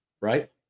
Right